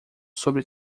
sobre